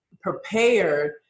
prepared